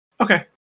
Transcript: Okay